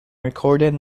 recorded